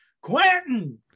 quentin